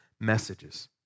messages